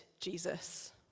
Jesus